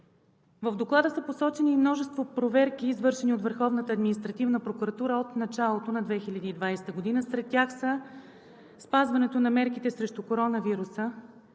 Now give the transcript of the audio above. В Доклада са посочени и множество проверки, извършени от Върховната административна прокуратура от началото на 2020 г. Сред тях са: спазването на мерките срещу коронавируса;